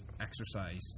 exercise